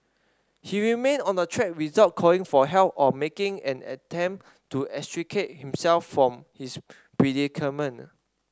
he remained on the track without calling for help or making any attempt to extricate himself from his predicament